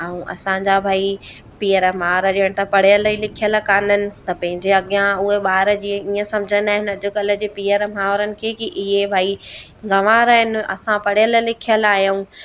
ऐं असांजा भई पीअर माउर ॼणु त पढ़यल लिखियल कान्हनि त पंहिंजे अॻियां उहे ॿार जी ईअं सम्झंदा आहिनि अॼुकल्ह जे पीअर माइरुनि खे की इहे भई गंवारु आहिनि असां पढ़यल लिखयल आयूं